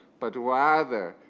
but rather,